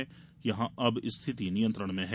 अब यहां स्थिति नियंत्रण में है